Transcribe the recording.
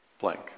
blank